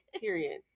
Period